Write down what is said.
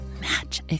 match